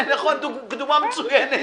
זו דוגמה מצוינת.